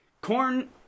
corn